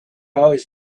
always